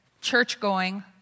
church-going